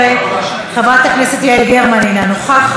חברת הכנסת יעל כהן-פארן, בבקשה.